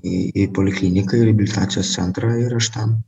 į į polikliniką į reabilitacijos centrą ir aš ten